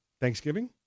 Thanksgiving